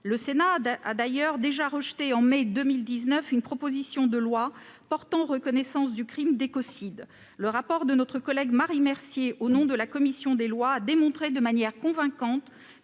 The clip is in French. Le Sénat a déjà rejeté, en mai 2019, une proposition de loi portant reconnaissance du crime d'écocide. Le rapport de notre collègue Marie Mercier, au nom de la commission des lois, avait démontré de manière convaincante